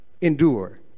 Endure